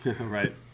Right